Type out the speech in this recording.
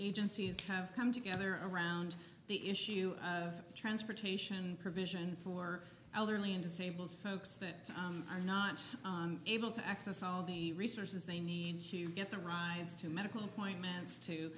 agencies have come together around the issue of transportation provision for elderly and disabled folks that are not able to access all the resources they need to get the rides to medical appointments to